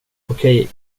okej